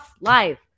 live